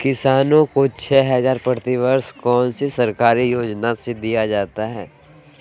किसानों को छे हज़ार प्रति वर्ष कौन सी सरकारी योजना से दिया जाता है?